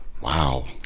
wow